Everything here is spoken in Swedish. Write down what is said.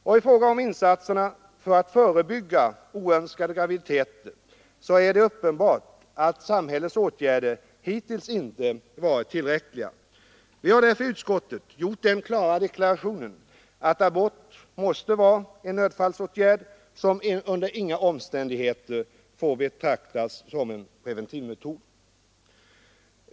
Och i fråga om insatserna för att förebygga oönskade graviditeter är det uppenbart att samhällets åtgärder hittills inte varit tillräckliga. Vi har därför i utskottet gjort den klara deklarationen att abort måste vara en nödfallsåtgärd som under inga omständigheter får betraktas som en preventivmetod.